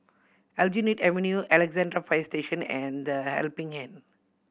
Aljunied Avenue Alexandra Fire Station and The Helping Hand